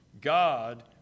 God